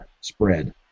spread